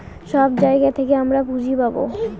সব জায়গা থেকে আমরা পুঁজি পাবো